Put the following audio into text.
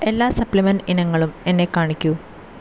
എല്ലാ സപ്ലിമെൻ്റ് ഇനങ്ങളും എന്നെ കാണിക്കൂ